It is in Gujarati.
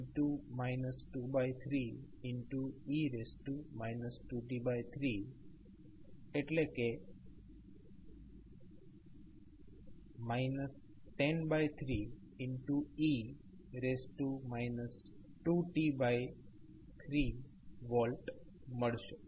5 e 2t3 e 2t3V મળશે